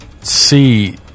see